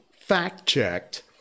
fact-checked